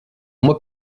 mois